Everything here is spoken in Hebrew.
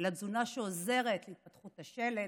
אלא תזונה שעוזרת להתפתחות השלד,